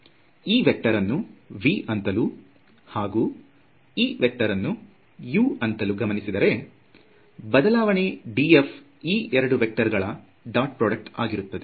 ಈ ವೇಕ್ಟರ್ ಅನ್ನು v ಅಂತಲೂ ಹಾಗೂ ಈ ವೇಕ್ಟರ್ ಅನ್ನು u ಅಂತಲೂ ಗಮನಿಸಿದರೆ ಬದಲಾವಣೆ df ಈ ಎರಡು ವೇಕ್ಟರ್ ಗಳ ಡಾಟ್ ಪ್ರೊಡ್ಯೂಕ್ಟ್ ಆಗಿರುತ್ತದೆ